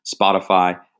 Spotify